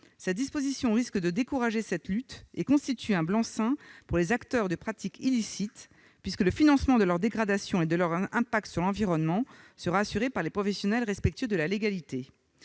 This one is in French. cette disposition risque de décourager cette lutte : elle serait un blanc-seing pour les acteurs de pratiques illicites, puisque le financement de leurs dégradations et de leurs impacts sur l'environnement sera assuré par les professionnels respectueux de la légalité.